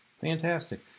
Fantastic